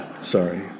Sorry